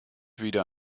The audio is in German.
wieder